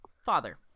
Father